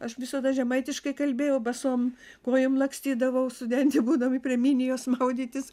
aš visada žemaitiškai kalbėjau basom kojom lakstydavau studentė būdavai prie minijos maudytis